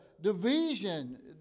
division